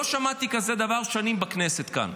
לא שמעתי כזה דבר שנים בכנסת כאן.